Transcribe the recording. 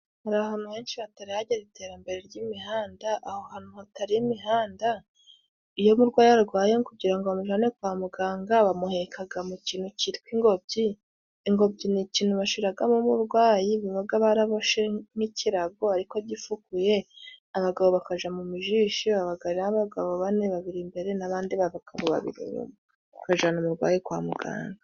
Hari ahantu henshi hataragera iterambere ry'imihanda. Aho hantu hatari imihanda iyo umurwaya arwaye kugira ngo bamujyane kwa muganga bamuheka mu kintu cyitwa ingobyi. Ingobyi ni ikintu bashyiramo umurwayi, baba baraboshye nk'ikirago, ariko gifukuye. Abagabo bakajya mu mijishi, abagabo bane. Babiri imbere n'abandi bagabo babiri inyuma, bakajyana umurwaye kwa muganga.